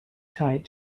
tight